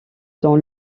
dans